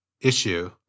issue